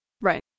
Right